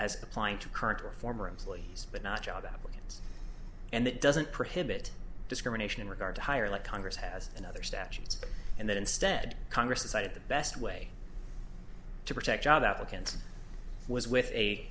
as applying to current or former employees but not job applicants and that doesn't prohibit discrimination in regard to higher let congress has another statutes and that instead congress decided the best way to protect job applicants was with a